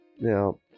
Now